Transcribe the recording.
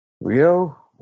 Rio